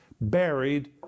buried